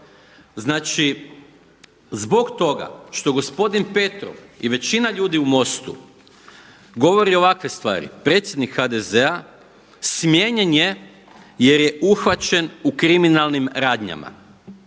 Znači zbog toga što gospodin Petrov i većina ljudi u MOST-u govori ovakve stvari predsjednik HDZ-a smijenjen je jer je uhvaćen u kriminalnim radnjama.